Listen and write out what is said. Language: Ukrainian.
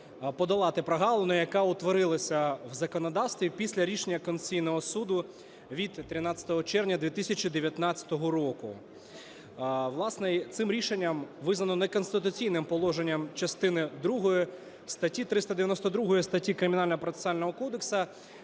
подолати прогалину, яка утворилася в законодавстві після рішення Конституційного Суду від 13 червня 2019 року. Власне, цим рішенням визнано неконституційним положення частини другої статті 392, статті Кримінального процесуального кодексу,